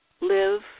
live